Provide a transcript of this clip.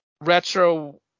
retro